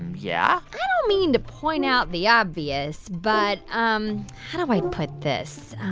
yeah? i don't mean to point out the obvious, but um how do i put this?